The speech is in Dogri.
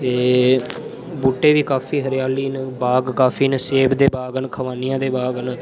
ते बूह्टे बी काफी हरियाली न बाग काफी न सेब दे बाग न खबनिया दे बाग न